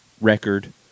record